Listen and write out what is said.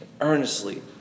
earnestly